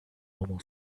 normal